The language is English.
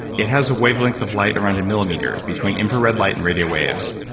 it has a wavelength of light around a millimeter, between infrared light and radio waves.